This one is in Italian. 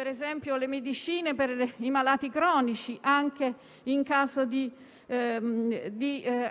ad esempio - per i malati cronici anche in caso di